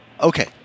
okay